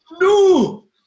No